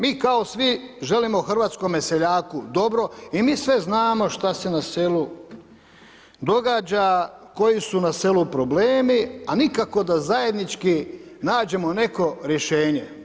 Mi kao svi želimo hrvatskome seljaku dobro i mi sve znamo šta se na selu događa, koji su na selu problemi, al nikako da zajednički nađemo neko rješenje.